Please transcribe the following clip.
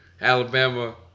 Alabama